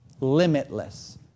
Limitless